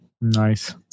Nice